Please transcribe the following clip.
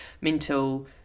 mental